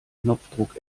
knopfdruck